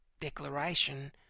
Declaration